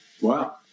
Wow